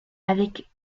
avec